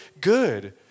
good